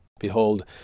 Behold